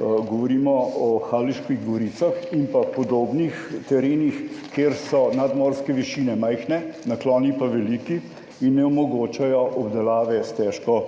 Govorimo o Haloških goricah in pa podobnih terenih, kjer so nadmorske višine majhne, nakloni pa veliki in ne omogočajo obdelave s težko